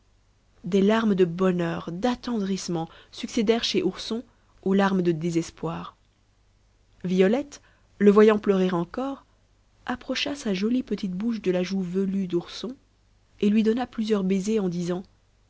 des larmes de bonheur d'attendrissement succédèrent chez ourson aux larmes de désespoir violette le voyant pleurer encore approcha sa jolie petite bouche de la joue velue d'ourson et lui donna plusieurs baisers en disant